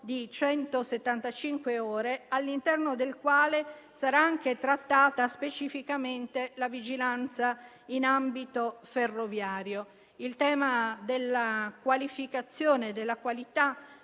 di 175 ore, all'interno del quale sarà anche trattata specificamente la vigilanza in ambito ferroviario. Il tema della qualificazione e della qualità